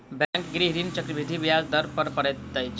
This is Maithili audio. बैंक गृह ऋण चक्रवृद्धि ब्याज दर पर दैत अछि